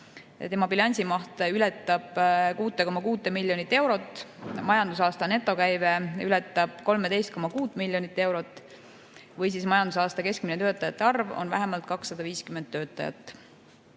tema bilansimaht ületab 6,6 miljonit eurot, majandusaasta netokäive ületab 13,6 miljonit eurot ja majandusaasta keskmine töötajate arv on vähemalt 250 töötajat.